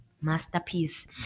masterpiece